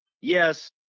Yes